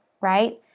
right